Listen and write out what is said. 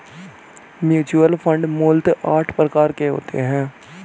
mutual fund मूलतः आठ प्रकार के होते हैं